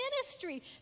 ministry